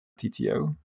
TTO